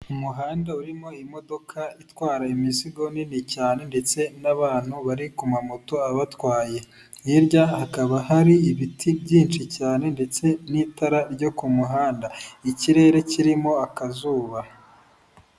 Umuhanda urimo imodoka itwara imizigo nini cyane ndetse n'abantu bari ku mamoto abatwaye, hirya hakaba hari ibiti byinshi cyane ndetse n'itara ryo ku muhanda, ikirere kirimo akazuba.